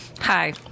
Hi